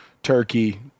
turkey